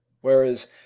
whereas